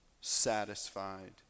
satisfied